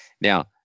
Now